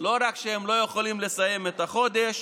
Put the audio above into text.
לא רק שהם לא יכולים לסיים את החודש,